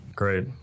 Great